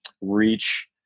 reach